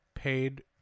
paid